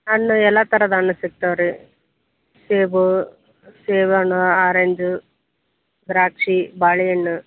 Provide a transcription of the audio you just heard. ಹಣ್ಣು ಎಲ್ಲ ಥರದ ಹಣ್ಣು ಸಿಗ್ತಾವೆ ರೀ ಸೇಬು ಸೇಬು ಹಣ್ಣು ಆರೆಂಜು ದ್ರಾಕ್ಷಿ ಬಾಳೆ ಹಣ್ಣು